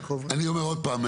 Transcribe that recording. אני אומר עוד פעם,